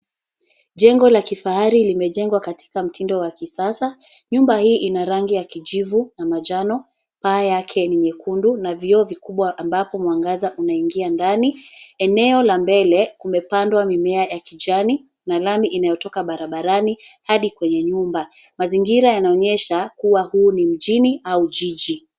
Jengo la kifahari limejengwa katika mtindo wa kisasa. Nyumba hii ina rangi ya kijivu na manjano paa yake nu nyekundu na vioo vikubwa ambapo mwangaza unaingia ndani. Eneo la mbele kumepandwa mimea ya kijani na lami inayotoka barabarani hadi kwenye nyumba. Mazingira yanaonyesha kuwa huu ni mjini au jiji.